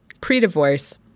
pre-divorce